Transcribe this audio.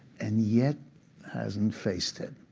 and yet hasn't faced it.